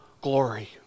glory